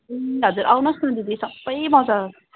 ए हजुर आउनोस् न दिदी सबै पाउँछ